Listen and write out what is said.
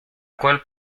cual